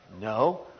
No